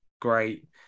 great